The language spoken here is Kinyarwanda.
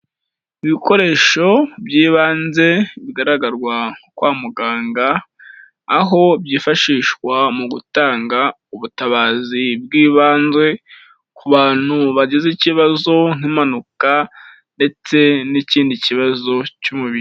Ibikoresho by'ibanze bigaragarwa kwa muganga aho, byifashishwa mu gutanga ubutabazi bw'ibanze ku bantu bagize ikibazo nk'impanuka ndetse n'ikindi kibazo cy'umubiri.